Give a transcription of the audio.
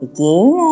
Again